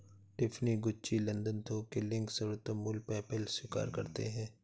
Tiffany, Gucci, London थोक के link, सर्वोत्तम मूल्य, पेपैल स्वीकार करते है